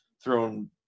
thrown